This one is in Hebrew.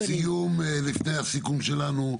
לסיום לפני הסיכום שלנו,